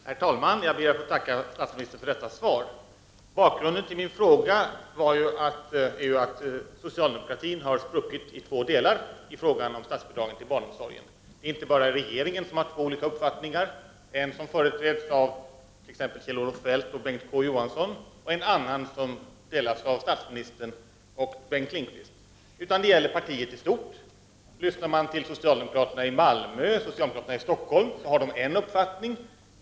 Herr talman! Jag ber att få tacka statsministern för detta svar. Bakgrunden till min fråga är att socialdemokratin har spruckit i två delar när det gäller frågan om statsbidrag till barnomsorgen. Det är inte bara inom regeringen som man har tva olika uppfattningar — en som företräds av t.ex. Kjell-Olof Feldt och Bengt K Å Johansson och en annan som företräds av statsministern och Bengt Lindqvist — utan detta gäller även partiet i stort. Lyssnar man till socialdemokrater i Malmö och i Stockholm finner man att de har en uppfattning.